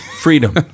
Freedom